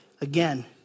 again